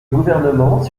gouvernement